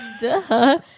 Duh